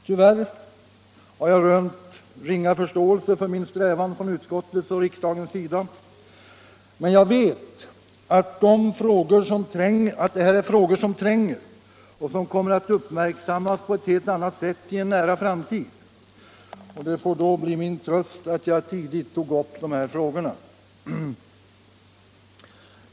Tyvärr har jag rönt ringa förståelse för min strävan från utskottets och riksdagens sida, men jag vet att detta är frågor som tränger på och som kommer att uppmärksammas på ett helt annat sätt i en nära framtid. Det får då bli min tröst att jag tidigt tog upp dessa frågor.